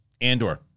Andor